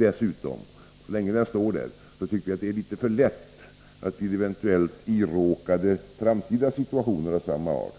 Dessutom tycker vi att det är litet för lättvindigt att, så länge lagtexten står kvar, vid eventuellt iråkade framtida situationer av samma art